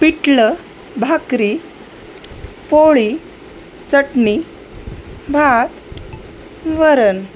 पिठलं भाकरी पोळी चटणी भात वरण